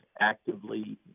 actively